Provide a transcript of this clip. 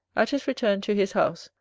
at his return to his house,